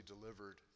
delivered